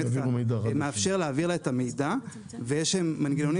אתה מאפשר להעביר לה את המידע ויש מנגנונים